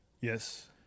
Yes